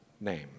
name